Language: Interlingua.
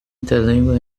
interlingua